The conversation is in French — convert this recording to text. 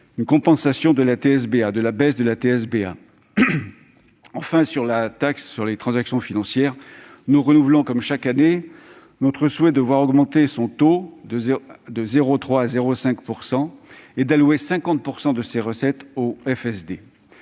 une compensation de la baisse de la TSBA. Enfin, en ce qui concerne la TTF, nous renouvelons, comme chaque année, notre souhait de voir augmenter son taux de 0,3 % à 0,5 % et allouer 50 % de ses recettes au FSD.